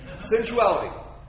Sensuality